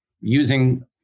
using